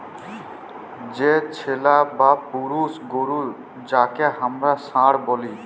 যে ছেলা বা পুরুষ গরু যাঁকে হামরা ষাঁড় ব্যলি